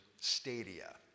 stadia